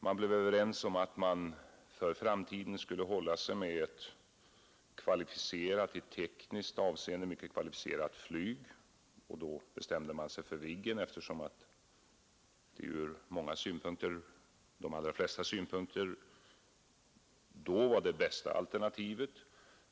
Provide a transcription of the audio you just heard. Man blev överens om att man för framtiden skulle hålla sig med ett i tekniskt avseende mycket kvalificerat flyg, och då bestämde man sig för Viggen, eftersom det ur de allra flesta synpunkter då var det bästa alternativet.